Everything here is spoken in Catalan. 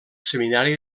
seminari